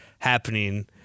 happening